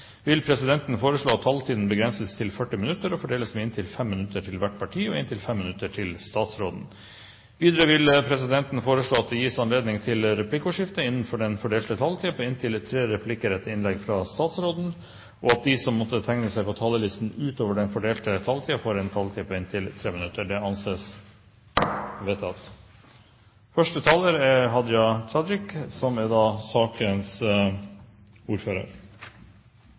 vil presidenten foreslå at taletiden begrenses til 40 minutter og fordeles med inntil 5 minutter til hvert parti og 5 minutter til statsråden. Videre vil presidenten foreslå at det gis anledning til replikkordskifte på inntil tre replikker etter innlegget fra statsråden innenfor den fordelte taletid, og at de som måtte tegne seg på talerlisten utover den fordelte taletid, får en taletid på inntil 3 minutter. – Det anses vedtatt. Jeg lurer på om jeg er